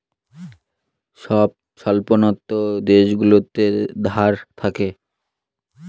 সব স্বল্পোন্নত দেশগুলোতে ধার থাকে